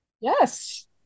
Yes